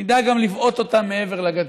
נדע גם לבעוט אותם מעבר לגדר.